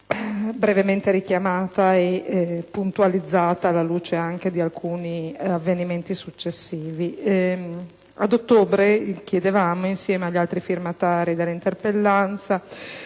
brevemente richiamata e puntualizzata, anche alla luce di alcuni avvenimenti successivi. Ad ottobre chiedevamo, insieme agli altri firmatari dell'interpellanza,